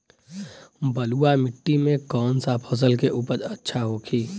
बलुआ मिट्टी में कौन सा फसल के उपज अच्छा होखी?